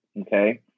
Okay